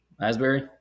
Asbury